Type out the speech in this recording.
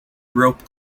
rope